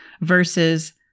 versus